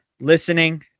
listening